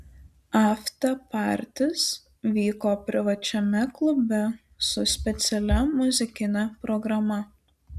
aftepartis vyko privačiame klube su specialia muzikine programa